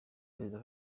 perezida